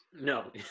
no